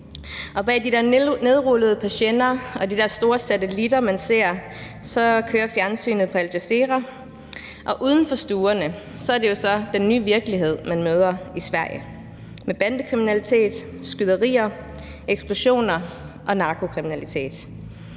Og bag de der nedrullede persienner og de der store parabolantenner, man ser, kører fjernsynet på Al Jazeera, og uden for stuerne er det jo så den nye virkelighed i Sverige, man møder, med bandekriminalitet, skyderier, eksplosioner og narkokriminalitet.